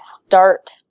start